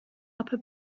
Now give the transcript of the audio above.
upper